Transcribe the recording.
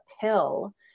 pill